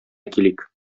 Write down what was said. килик